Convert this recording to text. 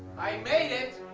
i made it!